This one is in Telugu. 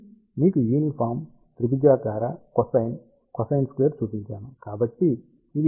కాబట్టి మీకు యూనిఫాం త్రిభుజాకార కొసైన్ కొసైన్ స్క్వేర్డ్ చూపించాను